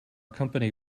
company